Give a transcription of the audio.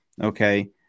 Okay